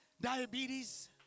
diabetes